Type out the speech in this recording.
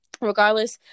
regardless